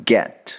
Get